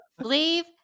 leave